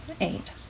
Eight